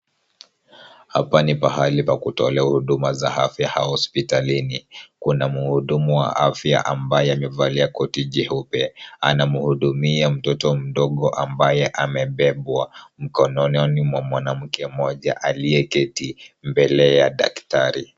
Hapa ni pahali pa kutolea huduma za afya hospitalini. Kuna mhudumu wa afya ambaye amevalia koti jeupe, anamhudumia mtoto mdogo ambaye amebebwa mkononi mwa mwanamke aliyeketi mbele ya daktari.